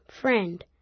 Friend